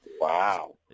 Wow